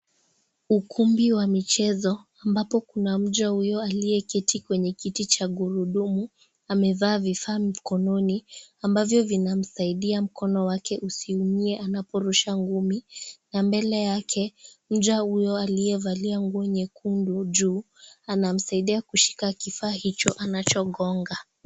Ukumbi wa michezo ambapo kuna mja huyu aliyeketi kwenye kiti cha gurudumu amevaa vifaa mkononi ambavyo vinamsaidia mkono wake usiumie anaporusha ngumi na mbele yake mja huyo aliyevalia nguo nyekundu juu anamsaidia kushika kifaa hicho anachogonga.